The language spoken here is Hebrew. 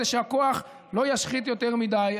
כדי שהכוח לא ישחית יותר מדי.